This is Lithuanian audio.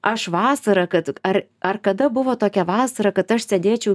aš vasarą kad ar ar kada buvo tokia vasara kad aš sėdėčiau